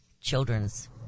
children's